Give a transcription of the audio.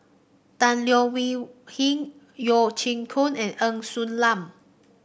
Tan Leo Wee Hin Yeo Siak Goon and Ng Woon Lam